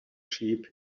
sheep